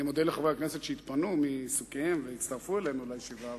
אני מודה לחברי הכנסת שהתפנו מעיסוקיהם והצטרפו אלינו לישיבה,